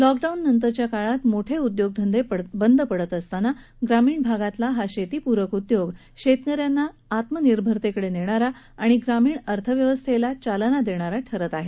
lockdown नंतरच्या काळात मोठे उद्योगधंदे बंद पडत असताना ग्रामीण भागातला हा शेतीपूरक उद्योग शेतकऱ्यांना आत्मनिर्भरतेकडे नेणारा आणि ग्रामीण अर्थव्यवस्थेला चालना देणारा ठरत आहे